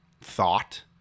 thought